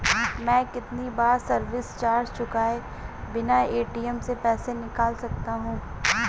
मैं कितनी बार सर्विस चार्ज चुकाए बिना ए.टी.एम से पैसे निकाल सकता हूं?